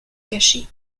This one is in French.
cacher